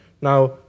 Now